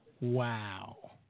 Wow